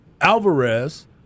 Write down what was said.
Alvarez